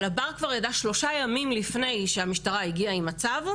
אבל הבר כבר ידע שלושה ימים לפני שהמשטרה הגיעה עם הצו,